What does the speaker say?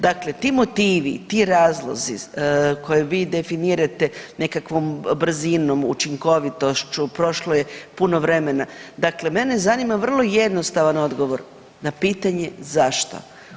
Dakle, ti motivi, ti razlozi koje vi definirate nekakvom brzinom, učinkovitošću, prošlo je puno vremena, dakle, mene zanima vrlo jednostavan odgovor na pitanje zašto.